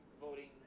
voting